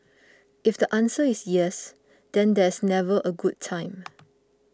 if the answer is yes then there's never a good time